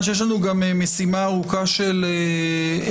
מכיוון שיש לנו גם משימה ארוכה של הקראה,